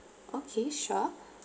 okay sure